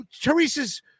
Teresa's